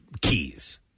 keys